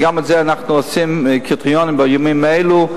גם לזה אנחנו עושים קריטריונים בימים אלו.